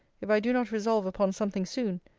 if i do not resolve upon something soon,